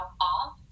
off